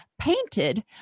painted